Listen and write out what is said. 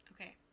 Okay